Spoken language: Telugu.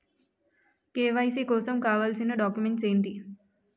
కే.వై.సీ కోసం కావాల్సిన డాక్యుమెంట్స్ ఎంటి?